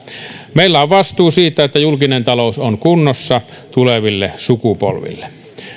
meillä on vastuu siitä että julkinen talous on kunnossa tuleville sukupolville